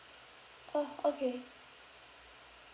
orh okay